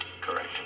Correct